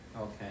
Okay